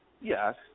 Yes